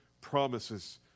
promises